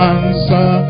Answer